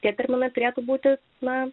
tie terminai turėtų būti na